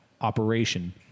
operation